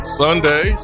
sunday